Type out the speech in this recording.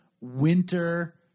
winter